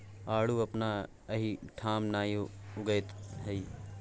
आड़ू अपना एहिठाम नहि उगैत छै